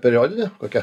periodinė kokia